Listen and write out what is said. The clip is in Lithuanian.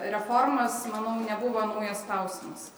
reformas manau nebuvo naujas klausimas